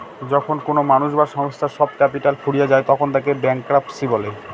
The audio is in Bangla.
যখন কোনো মানুষ বা সংস্থার সব ক্যাপিটাল ফুরিয়ে যায় তখন তাকে ব্যাংকরাপসি বলে